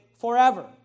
forever